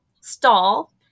stall